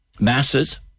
Masses